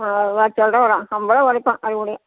ஆ வரும் சொல்லுறேன் ஐம்பருவா குறப்பேன் அது முடியும்